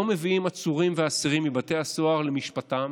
מביאים עצורים ואסירים מבתי הסוהר למשפטם,